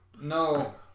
No